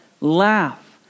laugh